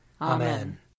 Amen